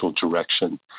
direction